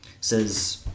says